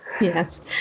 Yes